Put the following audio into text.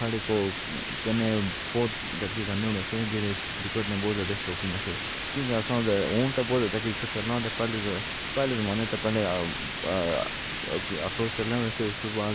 اڑیکو کنے بہت لڑکیاں نیولے تھے، جہاں کرکٹ دے بہت شوقین تھے کیونکہ اوہ بہت زیادہ کرکٹ چلاندے تھے۔ پہلے زمانے وچ پہلے اخروٹ چلان والا کھیل ہوندے تھے، اس دے بعد